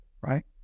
right